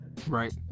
Right